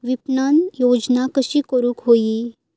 विपणन योजना कशी करुक होई?